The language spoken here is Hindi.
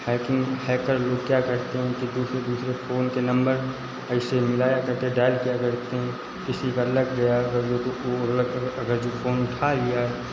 हैकिंग हैकर लोग क्या करते हैं कि दूसरे दूसरे फ़ोन के नंबर ऐसे मिलाया करते डायल किया करते हैं किसी का लग गया अगर जो तो वह लग अगर जो फ़ोन उठा लिया